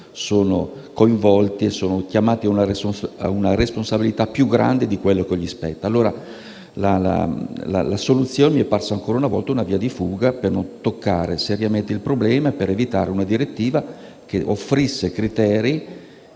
sono coinvolti e sono chiamati a una responsabilità più grande di quella che spetta loro. La soluzione adottata mi sembra, ancora una volta, una via di fuga per non affrontare seriamente il problema, per evitare di emanare una direttiva che offrisse criteri